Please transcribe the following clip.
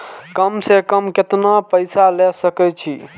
कम से कम केतना पैसा ले सके छी?